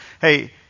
hey